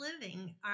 living